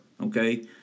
okay